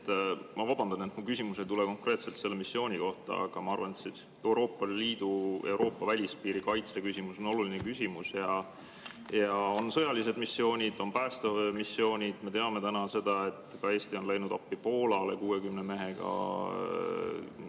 ma vabandan, et mu küsimus ei käi konkreetselt selle missiooni kohta, aga ma arvan, et Euroopa Liidu välispiiri kaitse küsimus on oluline küsimus. On sõjalised missioonid ja on päästemissioonid. Me teame seda, et Eesti on läinud appi Poolale 60 mehega,